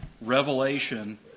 revelation